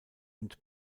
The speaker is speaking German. und